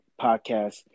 podcast